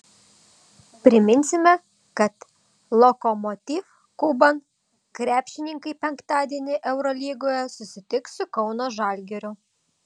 priminsime kad lokomotiv kuban krepšininkai penktadienį eurolygoje susitiks su kauno žalgiriu